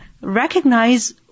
recognize